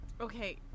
Okay